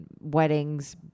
Weddings